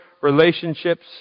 relationships